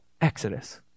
exodus